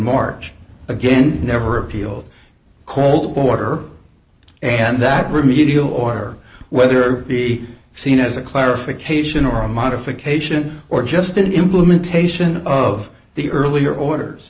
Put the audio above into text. march again never appealed coldwater and that remedial order whether it be seen as a clarification or a modification or just an implementation of the earlier orders